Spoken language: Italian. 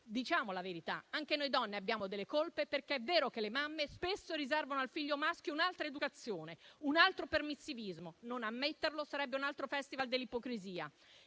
Diciamo la verità: anche noi donne abbiamo delle colpe, perché è vero che le mamme spesso riservano al figlio maschio un'altra educazione, un altro permissivismo. Non ammetterlo sarebbe un altro *festival* dell'ipocrisia.